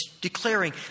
declaring